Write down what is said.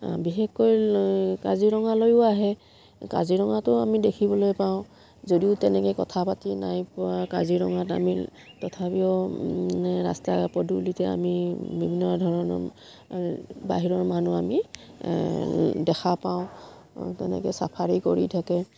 বিশেষকৈ লৈ কাজিৰঙালৈয়ো আহে কাজিৰঙাটো আমি দেখিবলৈ পাওঁ যদিও তেনেকৈ কথা পাতি নাই পোৱা কাজিৰঙাত আমি তথাপিও ৰাস্তা পদূলিতে আমি বিভিন্ন ধৰণৰ বাহিৰৰ মানুহ আমি দেখা পাওঁ তেনেকৈ চাফাৰী কৰি থাকে